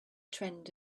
trend